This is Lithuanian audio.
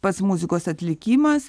pats muzikos atlikimas